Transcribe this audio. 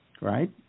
right